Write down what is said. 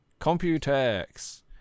Computex